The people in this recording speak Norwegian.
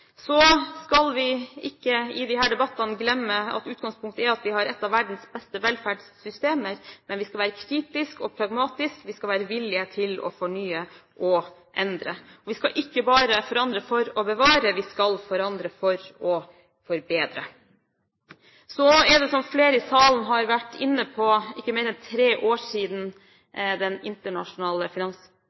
Så skal vi ikke i disse debattene glemme at utgangspunktet er at vi har et av verdens beste velferdssystemer, men vi skal være kritiske og pragmatiske. Vi skal være villige til å fornye og endre. Vi skal ikke bare forandre for å bevare, vi skal forandre for å forbedre. Så er det, som flere i salen har vært inne på, ikke mer enn tre år siden den internasjonale